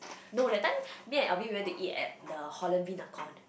no that time me and Alvin we went to eat at the Holland-V Nakhon